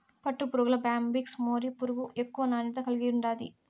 పట్టుపురుగుల్ల Bombyx mori పురుగు ఎక్కువ నాణ్యత కలిగుండాది